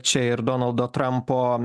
čia ir donaldo trampo